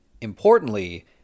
Importantly